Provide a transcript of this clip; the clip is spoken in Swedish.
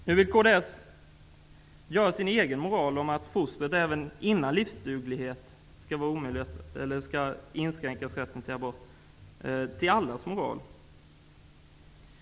Nu vill kds göra sin egen moral -- som innebär inskränkning av rätten till abort även innan fostret är livsdugligt -- till allas moral.